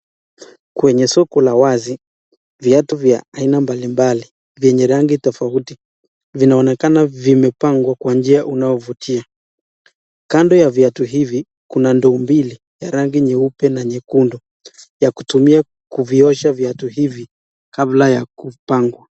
Kwenye soko la wazi viatu vya aina mbali vyenye rangi tofauti vinaonekana vimepangwa kwa njia unaovutia. Kando ya viatu hivi kuna ndoo mbili ya rangi nyeupe na nyekundu ya kutumia kuviosha viatu hivi kabla ya kupangwa.